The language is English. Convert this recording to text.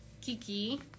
Kiki